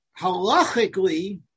halachically